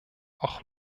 auch